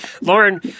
Lauren